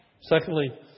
Secondly